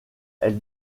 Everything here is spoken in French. elle